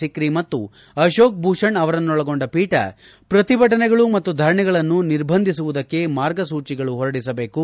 ಸಿಕ್ರಿ ಮತ್ತು ಅಶೋಕ್ಭೂಷಣ್ ಅವರನ್ನೊಳಗೊಂಡ ಪೀಠ ಪ್ರತಿಭಟನೆಗಳು ಮತ್ತು ಧರಣೆಗಳನ್ನು ನಿರ್ಬಂದಿಸುವುದಕ್ಕೆ ಮಾರ್ಗಸೂಚಿಗಳು ಹೊರಡಿಸಬೇಕು